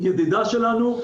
ידידה שלנו,